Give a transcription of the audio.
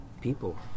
people